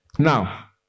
Now